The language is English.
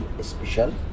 special